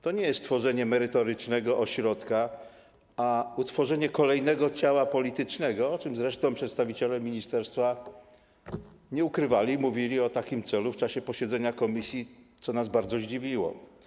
To nie jest stworzenie merytorycznego ośrodka, a utworzenie kolejnego ciała politycznego, czego zresztą przedstawiciele ministerstwa nie ukrywali, mówiąc o takim celu w czasie posiedzenia komisji, co nas bardzo zdziwiło.